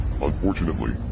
Unfortunately